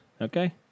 okay